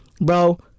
bro